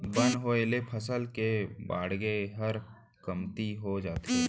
बन होय ले फसल के बाड़गे हर कमती हो जाथे